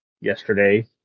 yesterday